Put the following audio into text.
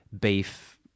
beef